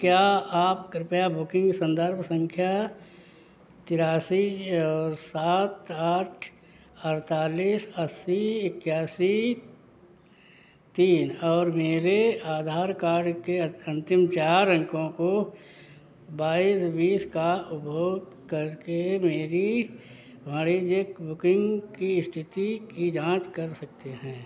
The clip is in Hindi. क्या आप कृपया बुकिंग संदर्भ संख्या तेरासी सात आठ अड़तालीस अस्सी इक्यासी तीन और मेरे आधार कार्ड के अंतिम चार अंकों को बाईस बीस का उपयोग करके मेरी वाणिजिक बुकिंग की स्थिति की जाँच कर सकते हैं